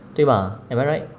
对吧 am I right